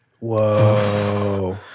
Whoa